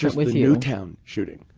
just with newtown shooting.